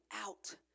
out